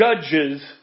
judges